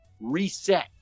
reset